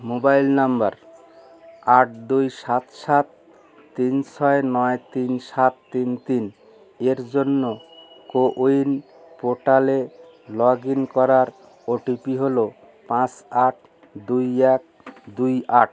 mobile নম্বর আট দুই সাত সাত তিন ছয় নয় তিন সাত তিন তিন এর জন্য কো উইন পোর্টালে লগ ইন করার ওটিপি হলো পাঁচ আট দুই এক দুই আট